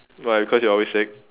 why cause you're always sick